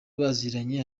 baziranye